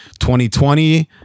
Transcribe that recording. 2020